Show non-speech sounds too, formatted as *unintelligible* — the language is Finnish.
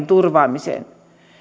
*unintelligible* turvaamiseen